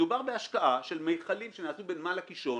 מדובר בהשקעה של מכלים שנעשו בנמל הקישון,